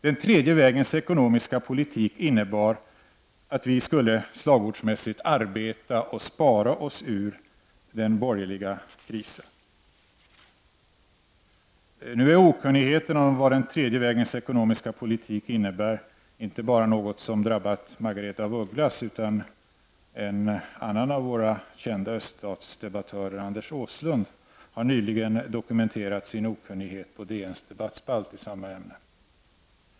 Den tredje vägens ekonomiska politik innebar att vi skulle slagordsmässigt arbeta och spara oss ut ur den borgerliga krisen. Okunnigheten om vad den tredje vägens ekonomiska politik innebär är något som har drabbat inte bara Margaretha af Ugglas utan också en annan av våra kända öststatsdebattörer, Anders Åslund. Han har nyligen dokumenterat sin okunnighet i ämnet i DN:s debattspalt.